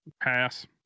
pass